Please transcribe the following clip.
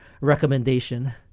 recommendation